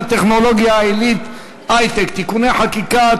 הטכנולוגיה העילית (היי-טק) (תיקוני חקיקה),